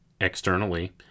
externally